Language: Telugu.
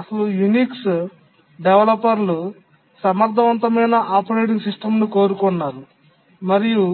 అసలు యునిక్స్ డెవలపర్లు సమర్థవంతమైన ఆపరేటింగ్ సిస్టమ్ను కోరుకున్నారు మరియు